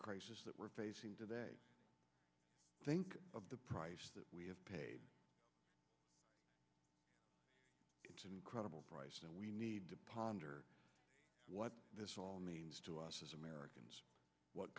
crisis that we're facing today think of the price that we have paid to incredible price and we need to ponder what this all means to us as